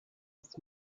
this